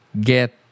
get